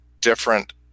different